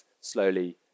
slowly